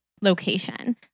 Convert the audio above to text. location